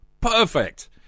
Perfect